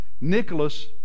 nicholas